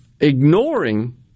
ignoring